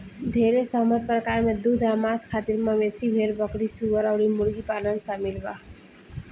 ढेरे सहमत प्रकार में दूध आ मांस खातिर मवेशी, भेड़, बकरी, सूअर अउर मुर्गी पालन शामिल बा